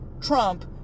Trump